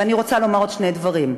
ואני רוצה לומר עוד שני דברים.